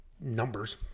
numbers